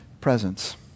presence